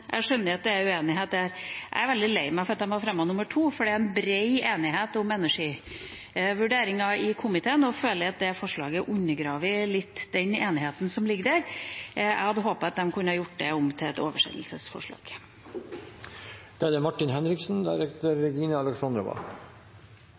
er uenighet her. Jeg er veldig lei meg for at de har fremmet forslag nr. 2, for det er bred enighet om energivurderingen i komiteen, og jeg føler at dette forslaget undergraver litt den enigheten som ligger der. Jeg hadde håpet at de kunne gjort det om til et oversendelsesforslag. Denne stortingsmeldinga er